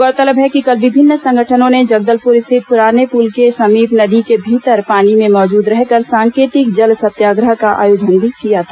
गौरतलब है कि कल विभिन्न संगठनों ने जगदलपुर स्थित पुराने पुल के समीप नदी के भीतर पानी में मौजूद रहकर सांकेतिक जल सत्याग्रह का आयोजन भी किया था